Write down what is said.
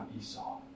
Esau